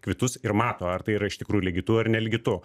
kvitus ir mato ar tai yra iš tikrųjų legitu ar nelegitu